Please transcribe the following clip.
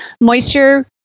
Moisture